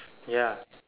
ya